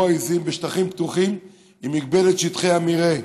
העיזים בשטחים פתוחים היא מגבלת שטחי המרעה.